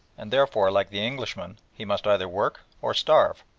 and therefore, like the englishman, he must either work or starve.